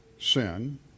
sin